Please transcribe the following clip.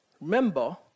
remember